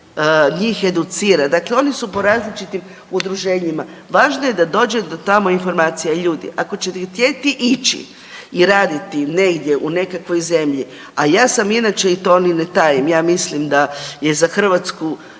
njih educira. Dakle oni su po različitim udruženjima, važno je da dođe do tamo informacija, ljudi ako ćete htjeti ići i raditi negdje u nekakvoj zemlji, a ja sam inače i to ni ne tajim, ja mislim da je za Hrvatsku